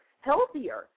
healthier